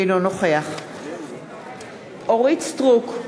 אינו נוכח אורית סטרוק,